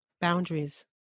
Boundaries